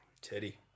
Teddy